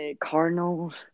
Cardinals